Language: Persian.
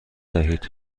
دهید